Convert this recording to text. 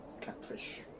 catfish